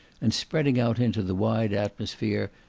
and spreading out into the wide atmosphere,